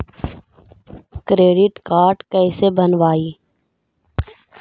Credit card कैसे बनवाई?